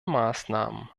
maßnahmen